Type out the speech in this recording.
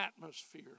atmosphere